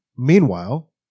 Meanwhile